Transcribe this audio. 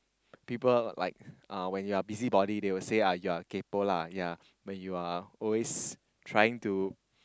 people like uh when you are busy body they will say ah you are kaypo lah ya when you are always trying to